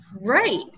right